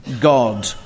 God